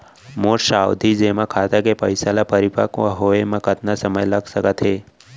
मोर सावधि जेमा खाता के पइसा ल परिपक्व होये म कतना समय लग सकत हे?